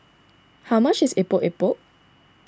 how much is Epok Epok